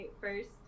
first